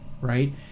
right